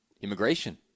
immigration